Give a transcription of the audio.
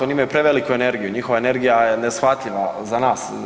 Oni imaju preveliku energiju, njihova energija je neshvatljiva za nas.